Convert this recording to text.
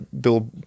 Bill